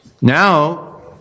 Now